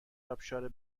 آبشار